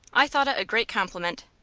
i thought it a great compliment.